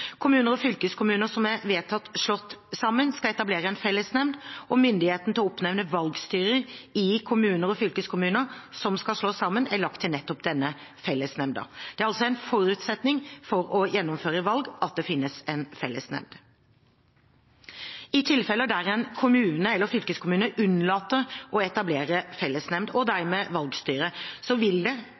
Kommuner og fylkeskommuner som er vedtatt slått sammen, skal etablere en fellesnemnd. Myndigheten til å oppnevne valgstyrer i kommuner og fylkeskommuner som skal slås sammen, er lagt til nettopp denne fellesnemnda. Det er altså en forutsetning for å gjennomføre valg at det finnes en fellesnemnd. I tilfeller der en kommune eller fylkeskommune unnlater å etablere fellesnemnd – og dermed valgstyre – vil det